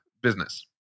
business